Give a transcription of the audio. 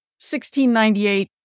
1698